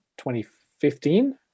2015